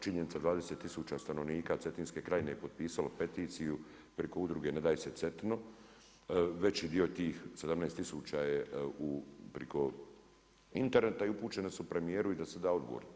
Činjenica 20 tisuća stanovnika Cetinske krajine je potpisalo peticiju preko Udruge „Ne daj se Cetino“, veći dio tih 17 tisuća je preko interneta i upućene su premijeru i da se da odgovor.